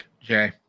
jay